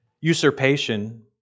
Usurpation